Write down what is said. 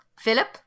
Philip